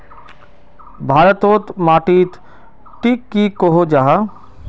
भारत तोत माटित टिक की कोहो जाहा?